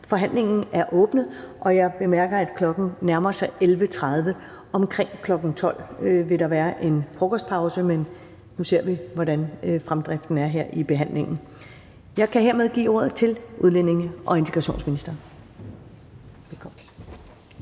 Forhandlingen er åbnet. Jeg bemærker, at klokken nærmer sig 11.30. Omkring kl. 12.00 vil der være en frokostpause, men nu ser vi, hvordan fremdriften er her i behandlingen. Jeg kan hermed give ordet til udlændinge- og integrationsministeren. Velkommen.